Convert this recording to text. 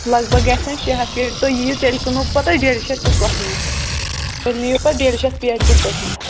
لگ بگ آسَن شیٚے ہَتھ پیٹہِ تہٕ تُہۍ یِیِو تیٚلہِ کٕنو پَتہٕ أسۍ ڈیلِشس تہٕ تۄہی تیٚلہِ نِیِو پَتہٕ ڈیلِشس پیٹہِ تہِ تۅہی